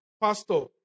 pastor